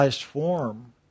form